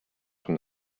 from